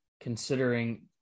considering